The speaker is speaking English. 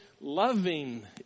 loving